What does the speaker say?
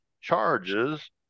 charges